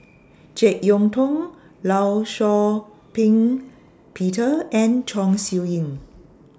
Jek Yeun Thong law Shau Ping Peter and Chong Siew Ying